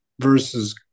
versus